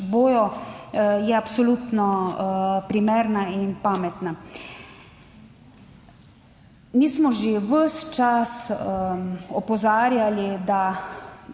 bodo, je absolutno primerna in pametna. Mi smo že ves čas opozarjali, da